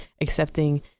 accepting